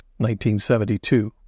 1972